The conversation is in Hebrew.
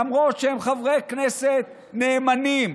למרות שהם חברי כנסת נאמנים,